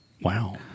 Wow